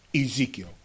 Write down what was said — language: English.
Ezekiel